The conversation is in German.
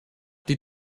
die